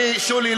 שולי,